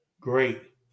great